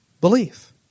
Belief